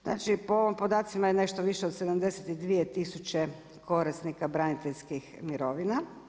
Znači po ovim podacima je nešto više od 72 tisuće korisnika braniteljskih mirovina.